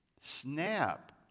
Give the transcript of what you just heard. snap